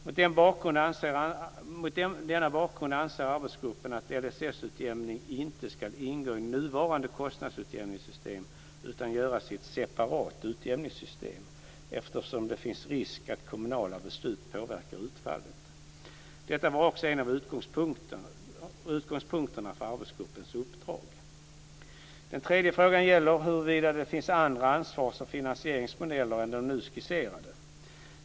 Mot denna bakgrund anser arbetsgruppen att LSS-utjämning inte ska ingå i nuvarande kostnadsutjämningssystem utan göras i ett separat utjämningssystem, eftersom det finns en risk att kommunala beslut påverkar utfallet. Detta var också en av utgångspunkterna för arbetsgruppens uppdrag. Den tredje frågan gäller huruvida det finns andra ansvars och finansieringsmodeller än de nu skisserade.